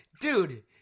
dude